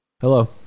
Hello